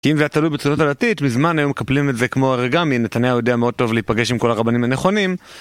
אם זה תלוי בצדות דתית, מזמן היו מקפלים את זה כמו אורגמי, נתניהו יודע מאוד טוב להפגש עם כל הרבנים הנכונים